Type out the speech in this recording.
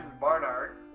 Barnard